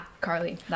Carly